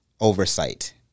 oversight